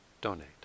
donate